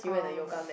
oh